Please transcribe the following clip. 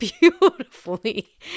beautifully